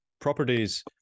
properties